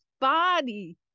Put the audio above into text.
body